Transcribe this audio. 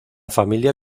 familia